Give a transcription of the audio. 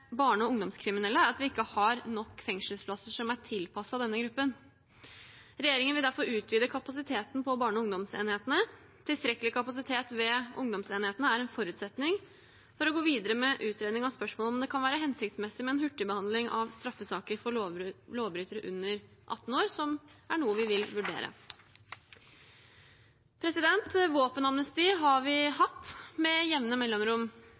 barne- og ungdomskriminelle er at vi ikke har nok fengselsplasser som er tilpasset denne gruppen. Regjeringen vil derfor utvide kapasiteten på barne- og ungdomsenhetene. Tilstrekkelig kapasitet ved ungdomsenhetene er en forutsetning for å gå videre med utredning av spørsmål om det kan være hensiktsmessig med en hurtig behandling av straffesaker for lovbrytere under 18 år, som er noe vi vil vurdere. Våpenamnesti har vi hatt med jevne mellomrom